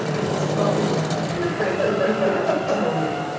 but he's forgotten now and he hoped that you'd be able to tell me.